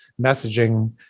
messaging